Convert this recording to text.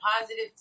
positive